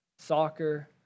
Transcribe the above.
soccer